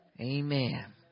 Amen